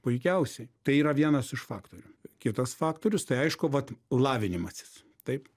puikiausiai tai yra vienas iš faktorių kitas faktorius tai aišku vat lavinimasis taip